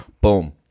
boom